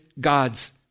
God's